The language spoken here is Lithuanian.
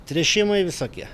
tręšimai visokie